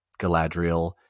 galadriel